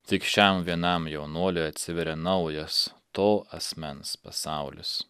tik šiam vienam jaunuoliui atsiveria naujas to asmens pasaulis